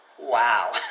wow